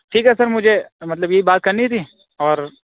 ٹھیک ہے سر مجھے مطلب یہی بات کرنی تھی اور